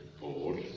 board